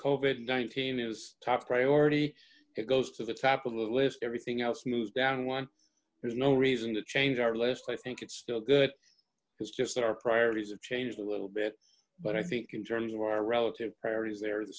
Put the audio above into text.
kovat nineteen is top priority it goes to the top of the list everything else moves down one there's no reason to change our list i think it's still good because just our priorities have changed a little bit but i think in terms of our relative priorities they are the